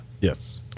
Yes